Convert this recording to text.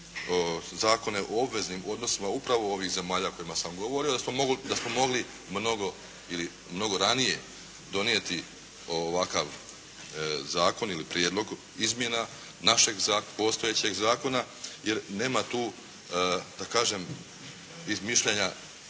zakone o obveznim odnosima upravo ovih zemalja o kojima sam govorio, da smo mogli mnogo ili mnogo ranije donijeti ovakav zakon ili prijedlog izmjena našeg postojećeg zakona, jer nema tu da kažem izmišljanja